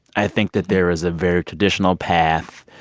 i think that there is a very traditional path